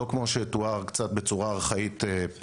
לא כמו שתואר בצורה קצת ארכאית פה,